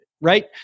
right